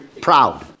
proud